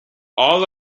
all